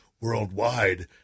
worldwide